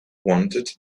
wanted